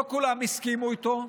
לא כולם הסכימו איתו,